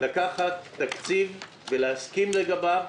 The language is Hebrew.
לקחת תקציב ולהסכים לגביו,